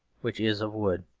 which is of wood.